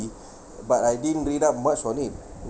but I didn't read up much on it